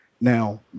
Now